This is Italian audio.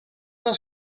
una